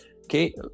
Okay